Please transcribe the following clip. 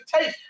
take